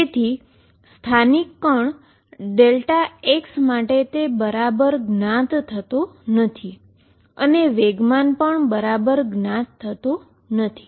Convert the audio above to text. તેથી સ્થાનિક particle Δx માટે તે બરાબર જ્ઞાત થતો નથી અને મોમેન્ટમ પણ બરાબર જ્ઞાત થતો નથી